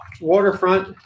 waterfront